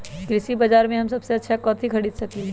कृषि बाजर में हम सबसे अच्छा कथि खरीद सकींले?